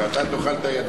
ואתה תאכל את הידיים.